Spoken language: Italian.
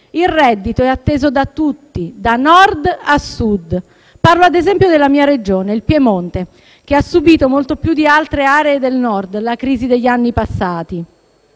Il reddito è atteso da tutti, da Nord a Sud. Parlo ad esempio della mia Regione, il Piemonte, che ha subito molto più di altre aree del Nord la crisi degli anni passati;